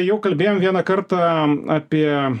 jau kalbėjom vieną kartą apie